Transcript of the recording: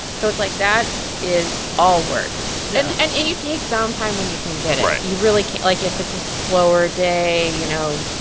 so it's, like, that is all work yeah and and and you take downtime when you can get it right you really like, if it's a slower day, you know.